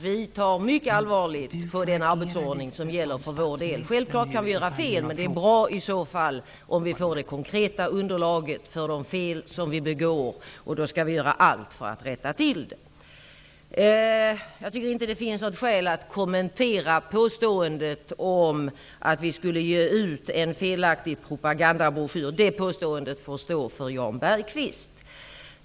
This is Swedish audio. Vi tar mycket allvarligt på den arbetsordning som gäller för vår del. Självklart kan vi göra fel. Men i så fall är det bra om vi får det konkreta underlaget för de fel som vi begår, och då skall vi göra allt för att rätta till det hela. Jag tycker inte att det finns något skäl att kommentera påståendet att vi skulle ge ut en felaktig propagandabroschyr. Det påståendet får stå för Jan Bergqvist.